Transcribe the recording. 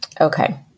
Okay